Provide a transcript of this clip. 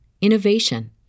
innovation